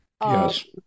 Yes